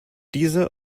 diese